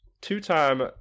two-time